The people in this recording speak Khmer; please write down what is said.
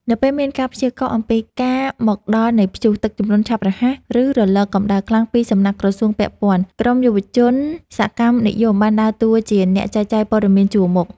នៅពេលមានការព្យាករណ៍អំពីការមកដល់នៃព្យុះ ទឹកជំនន់ឆាប់រហ័ស ឬរលកកម្ដៅខ្លាំងពីសំណាក់ក្រសួងពាក់ព័ន្ធ ក្រុមយុវជនសកម្មនិយមបានដើរតួជា អ្នកចែកចាយព័ត៌មានជួរមុខ។